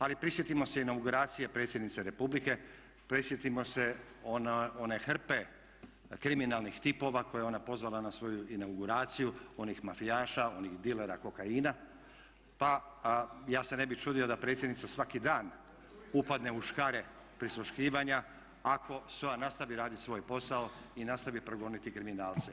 Ali prisjetimo se inauguracije predsjednice Republike, prisjetimo se one hrpe kriminalnih tipova koje je ona pozvala na svoju inauguraciju, onih mafijaša, onih dilera kokaina, pa ja se ne bih čudio da predsjednica svaki dan upadne u škare prisluškivanja ako SOA nastaviti raditi svoj posao i nastavi progoniti kriminalce.